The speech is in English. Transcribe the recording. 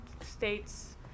states